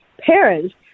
parents